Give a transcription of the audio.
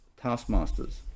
taskmasters